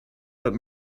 but